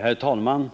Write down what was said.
Herr talman!